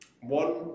one